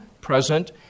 present